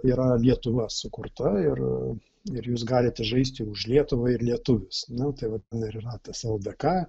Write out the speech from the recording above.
yra lietuva sukurta ir ir jūs galite žaisti už lietuvą ir lietuvius nu vat ir yra tas ldk